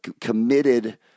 committed